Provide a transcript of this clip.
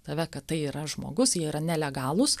tave kad tai yra žmogus jie yra nelegalūs